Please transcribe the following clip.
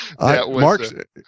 mark